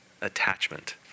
attachment